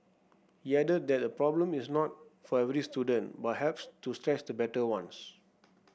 he added that the problem is not for every student but helps to stretch the better ones